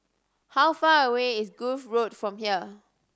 how far away is Grove Road from here